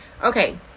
Okay